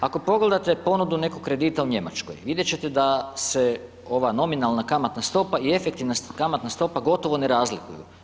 Ako pogledate ponudu nekog kredita u Njemačkoj, vidjet ćete da se ova nominalna kamatna stopa i efektivna kamatna stopa gotovo ne razlikuju.